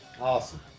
Awesome